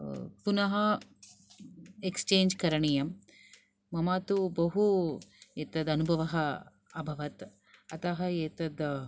पुनः एक्सचेन्ज् करणीयम् मम तु बहु एतत् अनुभवः अभवत् अतः एतत्